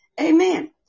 Amen